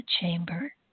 chamber